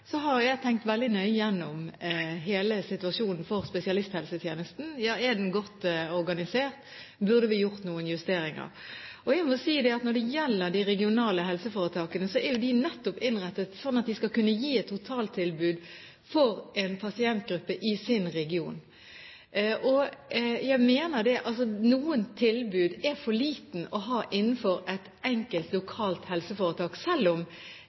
har jeg tenkt veldig nøye gjennom hele situasjonen for spesialisthelsetjenesten: Er den godt organisert? Burde vi gjort noen justeringer? Når det gjelder de regionale helseforetakene, er jo de nettopp innrettet slik at de skal kunne gi et totaltilbud for en pasientgruppe i sin region. Noen tilbud er for små til å ha innenfor et enkelt lokalt helseforetak. Selv om